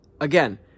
Again